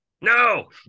no